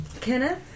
Kenneth